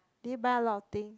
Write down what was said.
did he buy a lot of thing